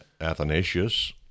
Athanasius